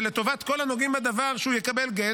זה לטובת כל הנוגעים בדבר שהוא יקבל גט,